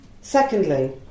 Secondly